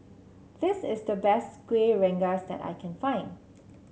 this is the best Kueh Rengas that I can find